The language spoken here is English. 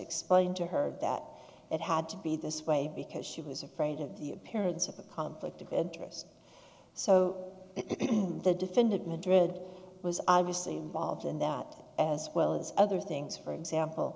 explained to her that it had to be this way because she was afraid of the appearance of a conflict of interest so the defendant madrid was obviously involved in that as well as other things for example